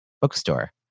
bookstore